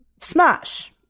Smash